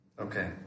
Okay